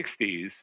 1960s